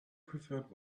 preferred